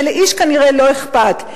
ולאיש כנראה לא אכפת,